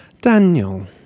Daniel